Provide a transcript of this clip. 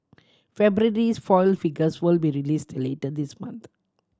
February's foil figures will be released later this month